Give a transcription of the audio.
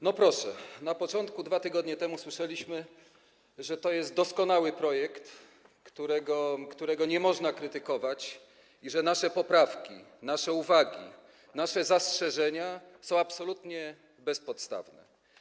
No proszę, na początku, dwa tygodnie temu słyszeliśmy, że jest to doskonały projekt, którego nie można krytykować, i że nasze poprawki, nasze uwagi, nasze zastrzeżenia są absolutnie bezpodstawne.